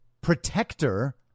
protector